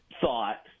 thought